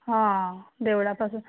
हां देवळापासून